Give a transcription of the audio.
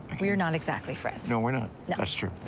we're not exactly friends. no, we're not. no.